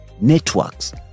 networks